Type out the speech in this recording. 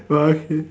but okay